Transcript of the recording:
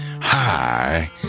hi